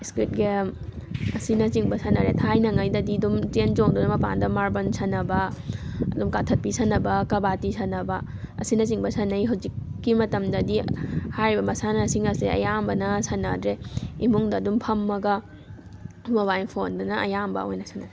ꯏꯁꯄꯤꯠ game ꯑꯁꯤꯅ ꯆꯤꯡꯕ ꯁꯥꯟꯅꯔꯦ ꯊꯥꯏꯅꯉꯥꯏꯗꯗꯤ ꯑꯗꯨꯝ ꯆꯦꯟ ꯆꯣꯡꯗꯨꯅ ꯃꯄꯥꯟꯗ ꯃꯥꯔꯕꯜ ꯁꯥꯟꯅꯕ ꯑꯗꯨꯝ ꯀꯥꯊꯠꯄꯤ ꯁꯥꯟꯅꯕ ꯀꯥꯕꯥꯗꯤ ꯁꯥꯟꯅꯕ ꯑꯁꯤꯅ ꯆꯤꯡꯕ ꯁꯥꯟꯅꯩ ꯍꯧꯖꯤꯛꯀꯤ ꯃꯇꯝꯗꯗꯤ ꯍꯥꯏꯔꯤꯕ ꯃꯁꯥꯟꯅꯁꯤꯡ ꯑꯁꯦ ꯑꯌꯥꯝꯕꯅ ꯁꯥꯟꯅꯗ꯭ꯔꯦ ꯏꯃꯨꯡꯗ ꯑꯗꯨꯝ ꯐꯝꯃꯒ ꯃꯣꯕꯥꯏꯜ ꯐꯣꯟꯗꯅ ꯑꯌꯥꯝꯕ ꯑꯣꯏꯅ ꯁꯥꯟꯅꯔꯦ